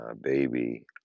baby